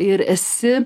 ir esi